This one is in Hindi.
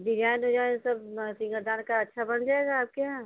डिजाइन ओजाइन सब सिंगारदान का अच्छा बन जाएगा आपके यहाँ